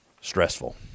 stressful